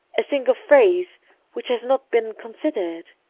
a single phrase which has not been considered.